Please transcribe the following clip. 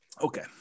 okay